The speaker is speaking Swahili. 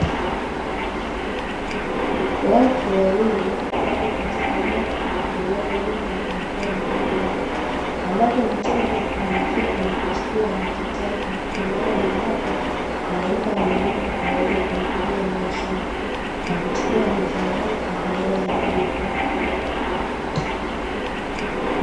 Watu wawili wapo katika duka linalouza vyakula mbalimbali, ambapo mteja anafika na kuchukua anachotaka na baada ya hapo, anampa mhudumu aweze kumpigia mahesabu na kuchukua bidhaa zake baada ya malipo.